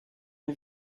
une